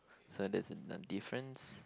so that's another difference